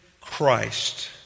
Christ